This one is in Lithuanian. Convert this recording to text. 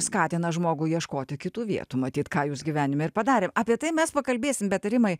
skatina žmogų ieškoti kitų vietų matyt ką jūs gyvenime ir padarė apie tai mes pakalbėsim bet rimai